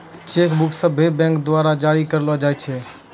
cheque book सभ्भे bank द्वारा जारी करलो जाय छै